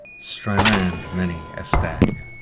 styrande many a stag